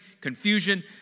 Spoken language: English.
confusion